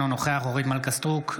אינו נוכח אורית מלכה סטרוק,